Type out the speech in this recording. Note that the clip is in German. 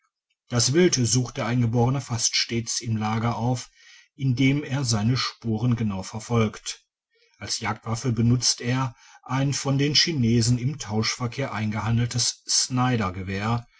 das wild sucht der eingeborene fast stets im lager auf indem er seine spuren genau verfolgt als jagdwaffe benutzt er ein von den chinesen im tauschverkehr eingehandeltes